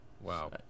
Wow